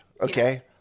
Okay